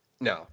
No